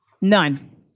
none